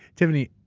tiffany,